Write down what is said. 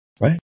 right